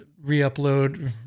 re-upload